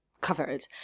covered